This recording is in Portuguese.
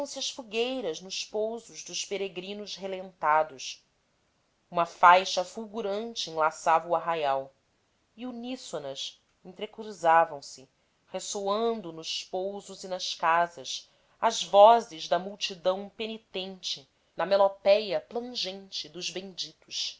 as fogueiras nos pousos dos peregrinos relentados uma faixa fulgurante enlaçava o arraial e uníssonas entrecruzavam se ressoando nos pousos e nas casas as vozes da multidão penitente na melopéia plangente dos benditos